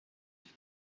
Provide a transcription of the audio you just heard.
have